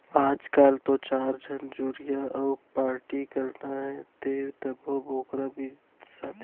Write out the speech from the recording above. आजकाल तो चार झन जुरिन अउ पारटी करना हे तभो बोकरा बिसाथें